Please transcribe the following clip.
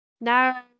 Now